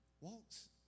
walks